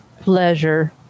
pleasure